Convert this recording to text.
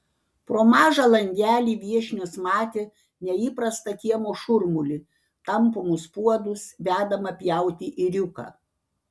pro mažą langelį viešnios matė neįprastą kiemo šurmulį tampomus puodus vedamą pjauti ėriuką